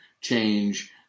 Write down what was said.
change